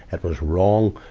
and was wrong,